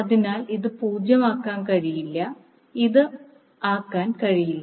അതിനാൽ ഇത് 0 ആകാൻ കഴിയില്ല ഇതും ആകാൻ കഴിയില്ല